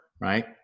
right